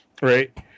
right